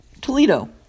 Toledo